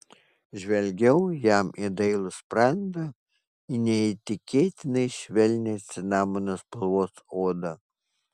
žvelgiau jam į dailų sprandą į neįtikėtinai švelnią cinamono spalvos odą